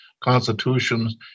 constitutions